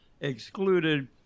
excluded